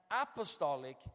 apostolic